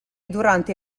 durante